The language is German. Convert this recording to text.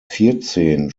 vierzehn